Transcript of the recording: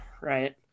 right